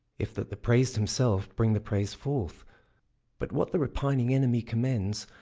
if that the prais'd himself bring the praise forth but what the repining enemy commends,